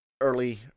early